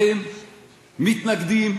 אתם מתנגדים,